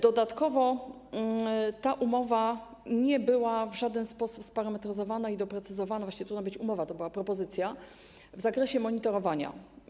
Dodatkowo ta umowa nie była w żaden sposób sparametryzowana ani doprecyzowana - właściwie to nie była umowa, to była propozycja - w zakresie monitorowania.